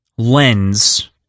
lens